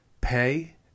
pay